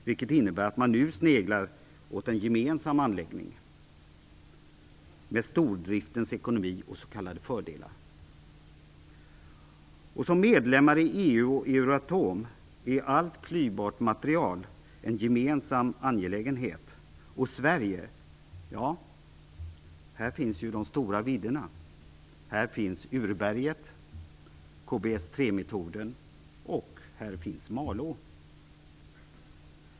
Det innebär att man nu sneglar åt en gemensam anläggning med stordriftens ekonomi och s.k. fördelar. För oss som är medlemmar i EU och Euratom är allt klyvbart material en gemensam angelägenhet. I Sverige finns ju de stora vidderna och här finns urberget, KBS 3-metoden och Malå.